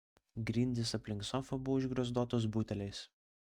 grindys aplink sofą buvo užgriozdotos buteliais